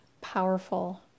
powerful